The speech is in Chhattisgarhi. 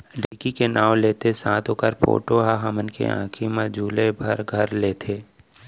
ढेंकी के नाव लेत्ते साथ ओकर फोटो ह हमन के आंखी म झूले बर घर लेथे